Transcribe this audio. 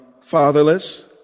fatherless